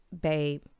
babe